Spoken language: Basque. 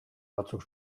batzuk